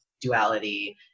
duality